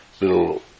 little